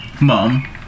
mom